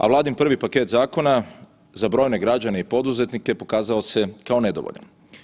A Vladin prvi paket zakona za brojne građane i poduzetnike pokazao se kao nedovoljan.